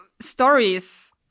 stories